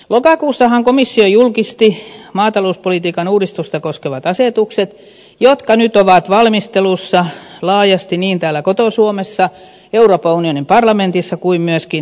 lokakuussahan komissio julkisti maatalouspolitiikan uudistusta koskevat asetukset jotka nyt ovat valmistelussa laajasti niin täällä koto suomessa euroopan unionin parlamentissa kuin myöskin neuvostossa